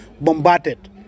bombarded